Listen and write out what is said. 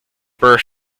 birth